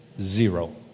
zero